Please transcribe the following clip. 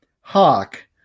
Hawk